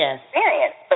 experience